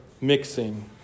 mixing